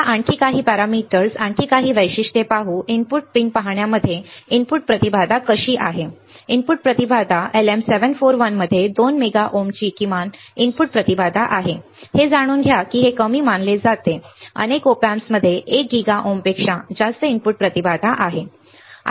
चला आणखी काही पॅरामीटर्स पाहू काही अधिक वैशिष्ट्ये इनपुट पिन पाहण्यामध्ये इनपुट प्रतिबाधा कशी आहे इनपुट प्रतिबाधा LM741 मध्ये 2 मेगा ओमची किमान इनपुट प्रतिबाधा आहे हे जाणून घ्या की हे कमी मानले जाते अनेक ऑप एम्प्समध्ये 1 गीगा ओमपेक्षा जास्त इनपुट प्रतिबाधा आहे ठीक आहे